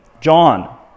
John